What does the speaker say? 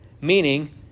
Meaning